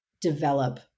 develop